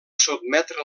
sotmetre